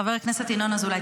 חבר הכנסת ינון אזולאי,